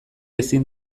ezin